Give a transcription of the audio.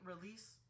release